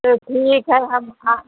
तो चलो ठीक है हम हाँ